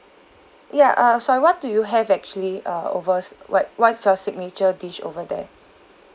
ya uh sorry what do you have actually uh over s~ what what's your signature dish over there